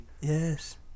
Yes